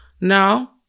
Now